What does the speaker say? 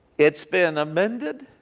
it s been amended.